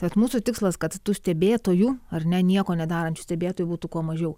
tad mūsų tikslas kad tų stebėtojų ar ne nieko nedarančių stebėtojų būtų kuo mažiau